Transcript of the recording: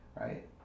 right